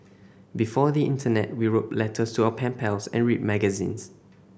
before the internet we wrote letters to our pen pals and read magazines